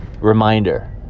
reminder